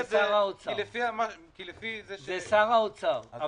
זה שר האוצר.